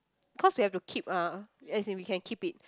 cause we have to keep ah as in we can keep it